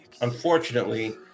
unfortunately